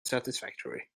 satisfactory